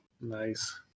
Nice